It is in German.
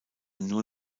nur